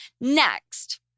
Next